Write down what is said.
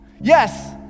Yes